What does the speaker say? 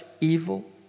evil